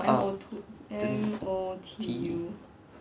ah T E